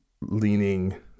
leaning